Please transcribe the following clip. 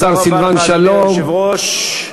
אדוני היושב-ראש.